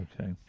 Okay